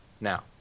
Now